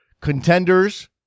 contenders